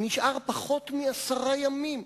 נשארו פחות מעשרה ימים.